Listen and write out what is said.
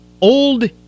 Old